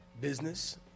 business